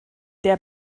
der